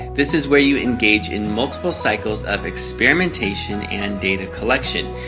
this is where you engage in multiple cycles of experimentation and data collection.